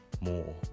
more